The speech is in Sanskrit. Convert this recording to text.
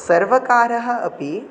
सर्वकारः अपि